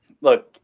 Look